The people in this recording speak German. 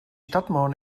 stadtmauern